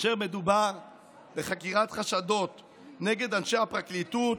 כאשר מדובר בחקירת חשדות נגד אנשי הפרקליטות,